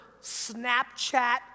Snapchat